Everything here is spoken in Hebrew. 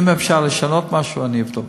אם אפשר לשנות משהו, אני אבדוק.